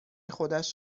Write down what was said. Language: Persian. خودش